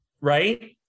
right